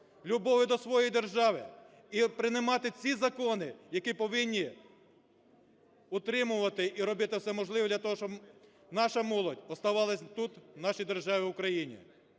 любові до своєї держави. І приймати ці закони, які повинні утримувати і робити все можливе для того, щоб наша молодь оставалась тут в нашій державі Україні